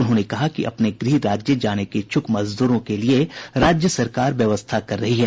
उन्होंने कहा कि अपने गृह राज्य जाने के इच्छुक मजदूरों के लिए राज्य सरकार व्यवस्था कर रही है